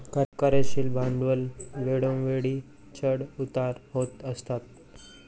कार्यशील भांडवलात वेळोवेळी चढ उतार होत असतात